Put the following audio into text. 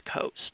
Coast